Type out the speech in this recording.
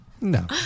no